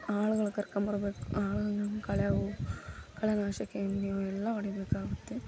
ಆಳ್ಗಳು ಕರ್ಕೊಂಡ್ಬರ್ಬೇಕು ಆಳ್ಗಳನ್ನ ಕಳೆವು ಕಳೆನಾಶಕ ಎಣ್ಣೆ ಅವೆಲ್ಲ ಹೊಡಿಬೇಕಾಗುತ್ತೆ